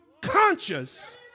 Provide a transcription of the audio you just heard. conscious